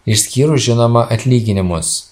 išskyrus žinoma atlyginimus